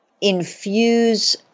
infuse